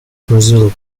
brazil